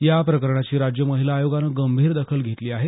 या प्रकरणाची राज्य महिला आयोगाने गंभीर दखल घेतली आहे